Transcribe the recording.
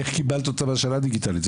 איך קיבלת אותם השנה דיגיטלית?